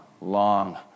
long